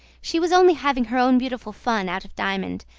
she was only having her own beautiful fun out of diamond,